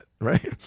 Right